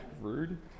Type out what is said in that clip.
Rude